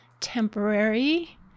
temporary